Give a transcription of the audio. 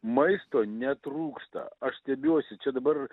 maisto netrūksta aš stebiuosi čia dabar